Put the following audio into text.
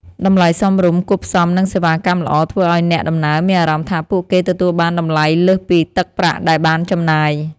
តម្លៃសមរម្យគួបផ្សំនឹងសេវាកម្មល្អធ្វើឱ្យអ្នកដំណើរមានអារម្មណ៍ថាពួកគេទទួលបានតម្លៃលើសពីទឹកប្រាក់ដែលបានចំណាយ។